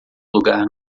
lugar